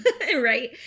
right